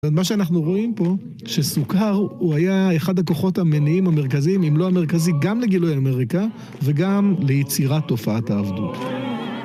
זאת אומרת, מה שאנחנו רואים פה, שסוכר הוא היה אחד הכוחות המניעים המרכזיים, אם לא המרכזי גם לגילוי אמריקה, וגם ליצירת תופעת העבדות.